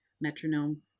metronome